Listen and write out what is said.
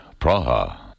Praha